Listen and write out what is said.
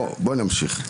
בואו נמשיך.